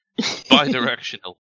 Bidirectional